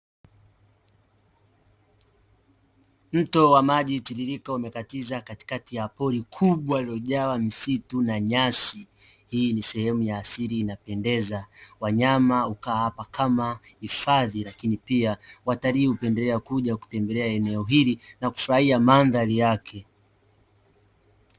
Mto wa maji tiririka umekatiza katikati ya pori kubwa, lililojaa misitu na nyasi. Hii ni sehemu ya asili inapendeza, wanyama hukaa hapa kama hifadhi lakini pia watalii hupendelea kuja kutembelea eneo hili na kufurahia mandhari yake.